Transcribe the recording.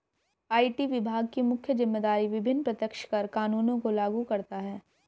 IT विभाग की मुख्य जिम्मेदारी विभिन्न प्रत्यक्ष कर कानूनों को लागू करता है